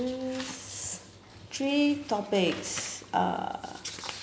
just three topics uh